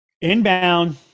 Inbound